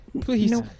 Please